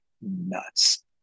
nuts